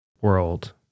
world